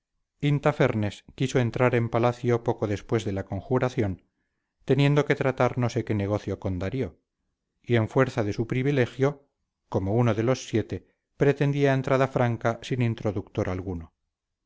mujeres intafernes quiso entrar en palacio poco después de la conjuración teniendo que tratar no sé qué negocio con darío y en fuerza de su privilegio como uno de los siete pretendía entrada franca sin introductor alguno